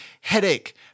headache